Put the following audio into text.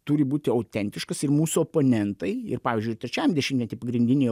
turi būti autentiškas ir mūsų oponentai ir pavyzdžiui trečiajam dešimtmety pagrindiniai